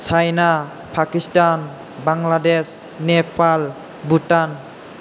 China Pakistan Bangladesh Nepal Bhutan